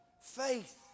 faith